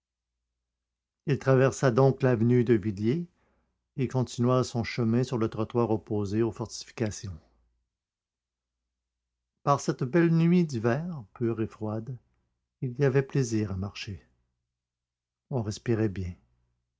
il traversa donc l'avenue de villiers et continua son chemin sur le trottoir opposé aux fortifications par cette belle nuit d'hiver pure et froide il y avait plaisir à marcher on respirait bien